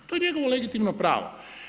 To je njegovo legitimno pravo.